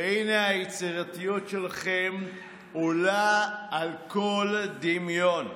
והינה, היצירתיות שלכם עולה על כל דמיון.